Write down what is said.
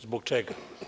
Zbog čega?